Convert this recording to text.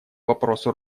вопросу